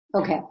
Okay